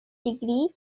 degree